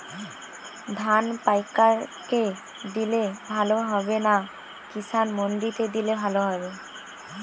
ধান পাইকার কে দিলে ভালো হবে না কিষান মন্ডিতে দিলে ভালো হবে?